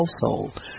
household